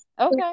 Okay